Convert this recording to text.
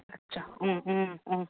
ꯎꯝ ꯎꯝ ꯎꯝ